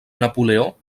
napoleó